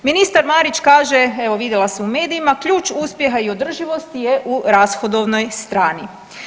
Ministar Marić kaže evo vidjela sam u medijima ključ uspjeha i održivosti je u rashodovnoj strani.